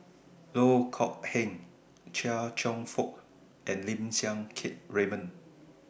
Loh Kok Heng Chia Cheong Fook and Lim Siang Keat Raymond